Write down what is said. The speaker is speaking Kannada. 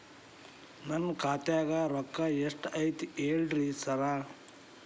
ನನ್ ಖಾತ್ಯಾಗ ರೊಕ್ಕಾ ಎಷ್ಟ್ ಐತಿ ಹೇಳ್ರಿ ಸಾರ್?